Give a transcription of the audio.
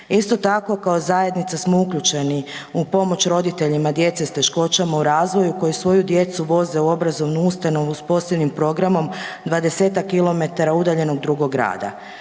Isto tako kao zajednica smo uključeni u pomoć roditeljima djece s teškoćama u razvoju koji svoju djecu voze u obrazovnu ustanovu s posebnim programom 20-tak kilometara udaljenog drugog grada.